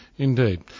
Indeed